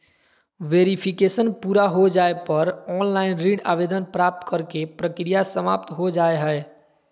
verification पूरा हो जाय पर ऑनलाइन ऋण आवेदन प्राप्त करे के प्रक्रिया समाप्त हो जा हय